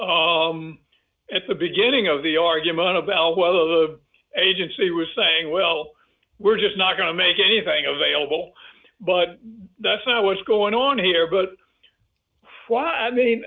example at the beginning of the argument about whether the agency was saying well we're just not going to make anything available but that's not what's going on here but why i mean